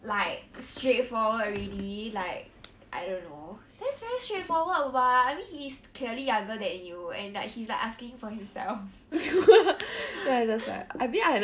like straightforward already like I don't know that's very straightforward what I mean he's clearly younger than you and like he's like asking for himself